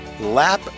lap